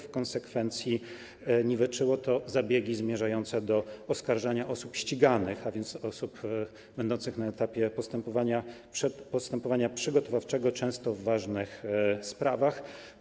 W konsekwencji niweczyło to zabiegi zmierzające do oskarżania osób ściganych, a więc osób będących na etapie postępowania przygotowawczego, często w ważnych sprawach.